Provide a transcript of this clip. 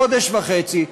חודש וחצי,